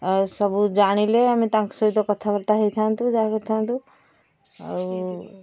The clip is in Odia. ଆଉ ସବୁ ଜାଣିଲେ ଆମେ ତାଙ୍କ ସହିତ କଥାବାର୍ତ୍ତା ହେଇଥାନ୍ତୁ ଯାହା କରିଥାନ୍ତୁ ଆଉ